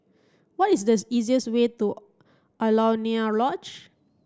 what is the easiest way to Alaunia Lodge